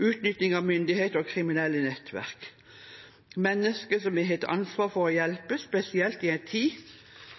utnytting fra myndigheter og kriminelle nettverk, mennesker som vi har et ansvar for å hjelpe, spesielt i en tid